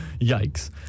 Yikes